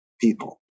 people